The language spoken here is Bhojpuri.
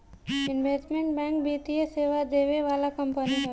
इन्वेस्टमेंट बैंक वित्तीय सेवा देवे वाला कंपनी हवे